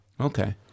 Okay